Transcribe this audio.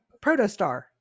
protostar